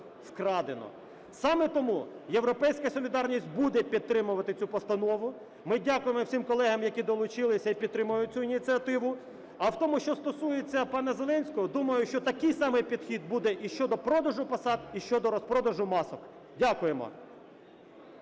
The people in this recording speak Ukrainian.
вкрадено. Саме тому "Європейська солідарність" буде підтримувати цю постанову. Ми дякуємо всім колегам, які долучилися і підтримують цю ініціативу. А в тому, що стосується пана Зеленського, думаю, що такий саме підхід буде і щодо продажу посад, і щодо розпродажу масок. Дякуємо.